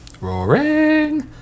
Roaring